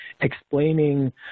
explaining